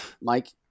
Mike